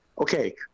Okay